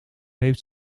heeft